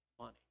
money